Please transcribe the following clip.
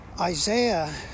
Isaiah